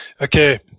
Okay